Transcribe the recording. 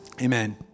Amen